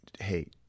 hey